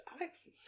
Alex